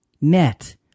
met